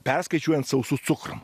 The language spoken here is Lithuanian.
perskaičiuojant sausu cukrum